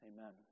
Amen